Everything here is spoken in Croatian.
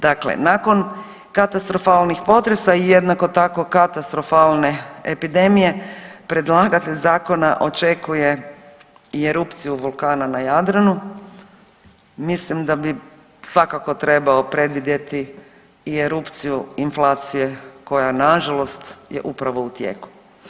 Dakle, nakon katastrofalnih potresa i jednako tako katastrofalne epidemije predlagatelj zakona očekuje i erupciju vulkana na Jadranu, mislim da bi svakako trebao predvidjeti i erupciju inflacije koja nažalost je upravo u tijeku.